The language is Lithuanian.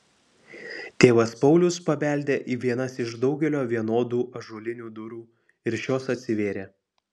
tėvas paulius pabeldė į vienas iš daugelio vienodų ąžuolinių durų ir šios atsivėrė